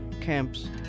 camps